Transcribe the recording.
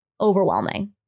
overwhelming